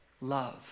love